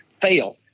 fail